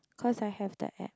cause I have the app